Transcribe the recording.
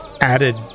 added